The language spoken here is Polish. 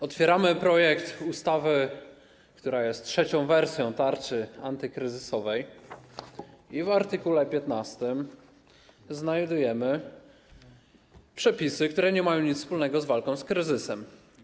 Otwieramy projekt ustawy, która jest trzecią wersją tarczy antykryzysowej, i w art. 15 znajdujemy przepisy, które nie mają nic wspólnego z walką z kryzysem.